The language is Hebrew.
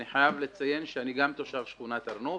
אני חייב לציין שאני גם תושב שכונת הר נוף